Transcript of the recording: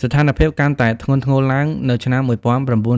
ស្ថានភាពកាន់តែធ្ងន់ធ្ងរឡើងនៅឆ្នាំ ១៩៧៧